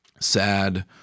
sad